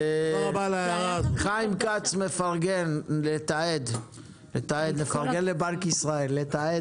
חיים כץ מפרגן לבנק ישראל לתעד